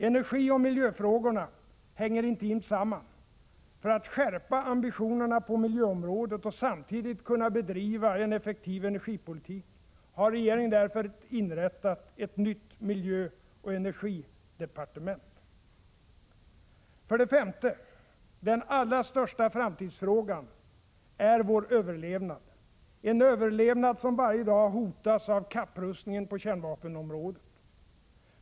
Energioch miljöfrågorna hänger intimt samman. För att skärpa ambitionerna på miljöområdet och samtidigt kunna bedriva en effektiv energipolitik har regeringen inrättat ett nytt miljöoch energidepartement. För det femte: Den allra största framtidsfrågan är vår överlevnad, en överlevnad som varje dag hotas av kapprustningen på kärnvapenområdet.